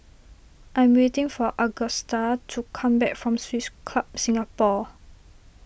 I'm waiting for Agusta to come back from Swiss Club Singapore